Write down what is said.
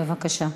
בבקשה,